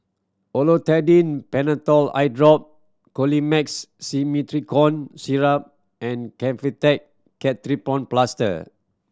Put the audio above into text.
Olopatadine Patanol Eyedrop Colimix Simethicone Syrup and Kefentech Ketoprofen Plaster